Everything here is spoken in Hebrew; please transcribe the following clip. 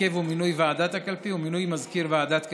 הרכב ומינוי ועדת הקלפי ומינוי מזכיר ועדת קלפי,